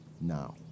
now